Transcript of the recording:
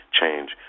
change